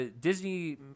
Disney